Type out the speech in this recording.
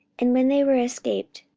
and when they were escaped,